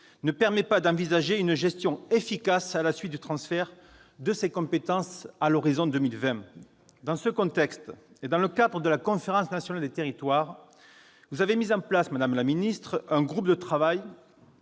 ne permet pas d'envisager une gestion efficace à la suite du transfert de ces compétences à l'horizon 2020. Tout à fait ! Dans ce contexte et dans le cadre de la Conférence nationale des territoires, vous avez mis en place, madame la ministre, un groupe de travail